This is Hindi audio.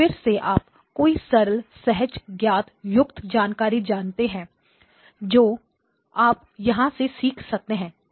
तो फिर से आप कई सरल सहज ज्ञान युक्त जानकारी जानते हैं जो आप यहां से सीख सकते हैं